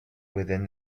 within